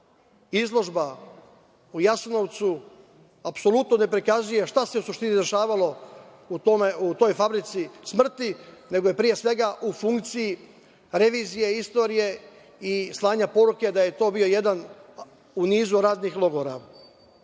izložba u Jasenovcu apsolutno ne prikazuje šta se u suštini dešavalo u toj fabrici smrti, nego je pre svega u funkciji revizije istorije i slanja poruke da je to bio jedan u nizu radnih logora. Mislim